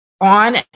on